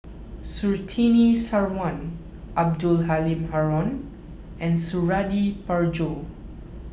Surtini Sarwan Abdul Halim Haron and Suradi Parjo